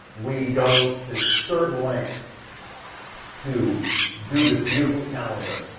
we go to certain lengths to do this beautiful calendar.